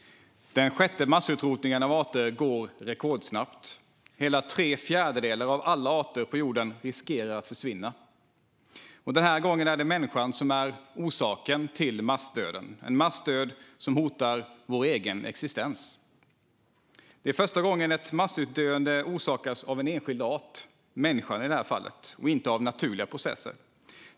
Den sjätte massutrotningen av arter går rekordsnabbt. Hela tre fjärdedelar av alla arter på jorden riskerar att försvinna. Den här gången är det människan som är orsaken till massdöden. Det är en massdöd som hotar vår egen existens. Det är första gången ett massutdöende orsakas av en enskild art - människan i det här fallet - och inte av naturliga processer.